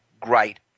great